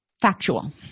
factual